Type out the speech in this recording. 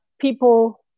people